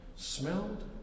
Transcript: smelled